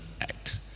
act